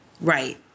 Right